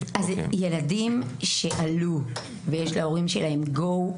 ילדים שעלו ויש להורים שלהם Go,